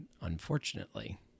Unfortunately